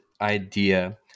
idea